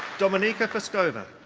dominika fuskova.